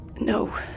No